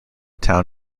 town